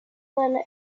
gana